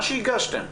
משהו שהגשתם.